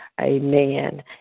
Amen